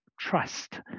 trust